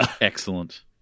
Excellent